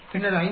பின்னர் 5